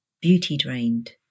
beauty-drained